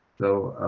so